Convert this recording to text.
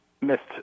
missed